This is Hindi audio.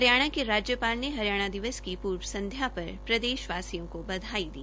हरियाणा के राज्यपाल ने हरियाणा दिवस की पूर्व संध्या पर प्रदेशवासियों को बधाई दी